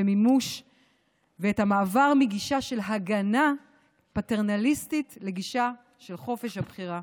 ואת המעבר מגישה של הגנה פטרנליסטית לגישה של חופש הבחירה.